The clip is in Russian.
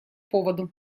поводу